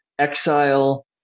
exile